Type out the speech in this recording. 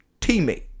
teammate